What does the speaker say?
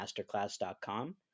masterclass.com